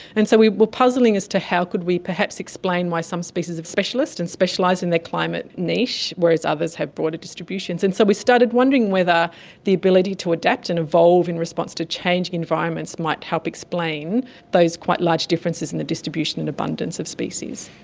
and so we were puzzling as to how could we perhaps explain why some species are specialist and specialise in their climate niche whereas others have broader distributions. and so we started wondering whether the ability to adapt and evolve in response to changing environments might help explain those quite large differences in the distribution and abundance of species.